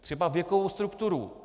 Třeba věkovou strukturu.